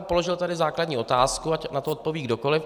Položil bych tedy základní otázku, ať na to odpoví kdokoliv.